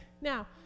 Now